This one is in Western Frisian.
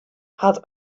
hat